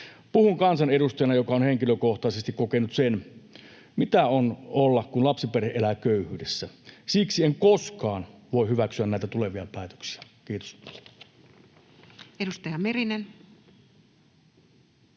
Puhun kansanedustajana, joka on henkilökohtaisesti kokenut sen, mitä on olla, kun lapsiperhe elää köyhyydessä. Siksi en koskaan voi hyväksyä näitä tulevia päätöksiä. — Kiitos.